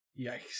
Yikes